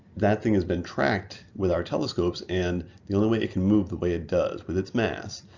that thing has been tracked with our telescopes and the only way it can move the way it does, with its mass,